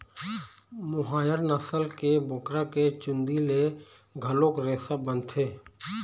मोहायर नसल के बोकरा के चूंदी ले घलोक रेसा बनथे